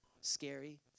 scary